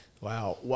Wow